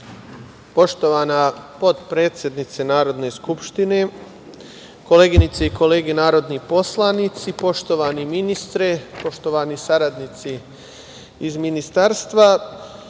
Poštovana potpredsednice Narodne skupštine, koleginice i kolege narodni poslanici, poštovani ministre, poštovani saradnici iz ministarstva,